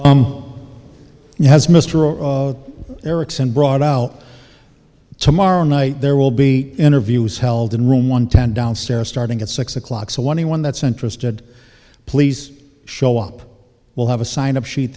mister erickson brought out tomorrow night there will be interviews held in room one ten downstairs starting at six o'clock so one one that's interested please show up will have a sign up sheet